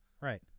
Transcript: right